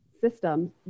systems